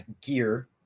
gear